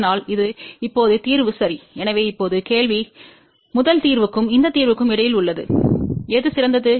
அதனால் இது இப்போது தீர்வு சரி எனவே இப்போது கேள்வி முதல் தீர்வுக்கும் இந்த தீர்வுக்கும் இடையில் உள்ளது எது சிறந்தது